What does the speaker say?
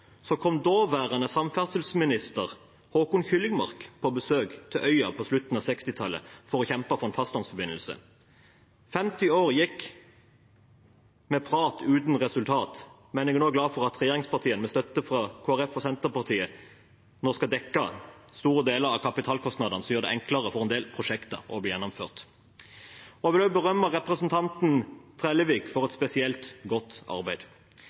kom daværende samferdselsminister Håkon Kyllingmark på besøk til øya for å kjempe for fastlandsforbindelse. 50 år gikk med prat uten resultat. Men jeg er glad for at regjeringspartiene, med støtte fra Kristelig Folkeparti og Senterpartiet, nå skal dekke store deler av kapitalkostnadene, noe som gjør det enklere å få gjennomført en del prosjekter. Jeg vil også berømme representanten Trellevik for et spesielt godt arbeid.